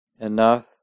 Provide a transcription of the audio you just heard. enough